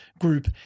Group